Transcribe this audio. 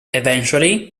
eventually